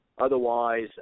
Otherwise